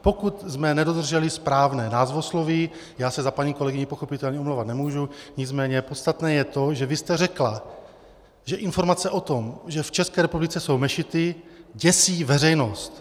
Pokud jsme nedodrželi správné názvosloví, já se za paní kolegyni pochopitelně omlouvat nemůžu, nicméně podstatné je to, že vy jste řekla, že informace o tom, že v České republice jsou mešity, děsí veřejnost.